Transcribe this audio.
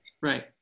right